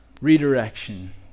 Redirection